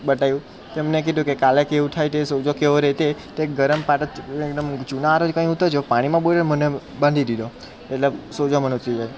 બતાવ્યું તેમણે કીધું કે કાલે કેવું થાય તે સોજો કેવો રહે તે તે ગરમ પાટો મૂકજો જૂના ચૂનાવાળા પાણીમાં બોળ્યો મને બાંધી દીધો એટલે સોજો મને ઉતરી જાય